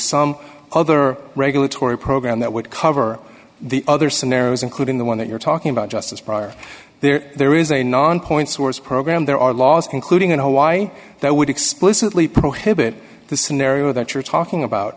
some other regulatory program that would cover the other scenarios including the one that you're talking about just as prior there there is a non point source program there are laws including in hawaii that would explicitly prohibit the scenario that you're talking about